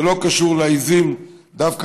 זה לא קשור לעיזים דווקא,